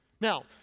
Now